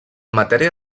matèria